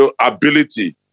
ability